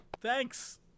Thanks